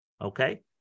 Okay